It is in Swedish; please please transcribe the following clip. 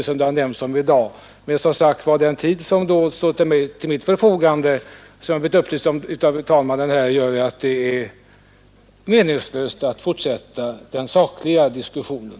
Den korta tid som enligt upplysning av herr talmannen står till mitt förfogande gör det närmast meningslöst att fortsätta diskussionen i sakfrågan.